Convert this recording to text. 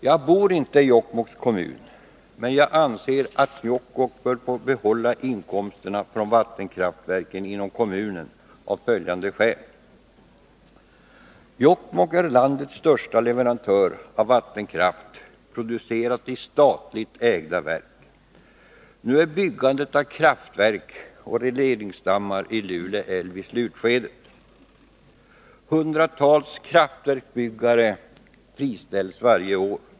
Jag bor inte i Jokkmokks kommun, men av följande skäl anser jag att Jokkmokk bör få behålla inkomsterna från vattenkraftverken Jokkmokk är landets största leverantör av vattenkraft, producerad i statligt ägda verk. Nu befinner sig byggandet av kraftverk och regleringsstammar i Lule älv i slutskedet. Hundratals kraftverksbyggare friställs varje år.